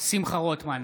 שמחה רוטמן,